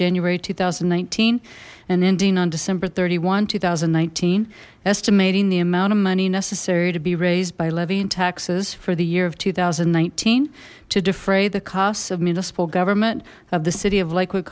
january two thousand and nineteen and ending on december thirty one two thousand and nineteen estimating the amount of money necessary to be raised by levying taxes for the year of two thousand and nineteen to defray the costs of municipal government of the city of lakewood